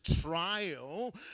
trial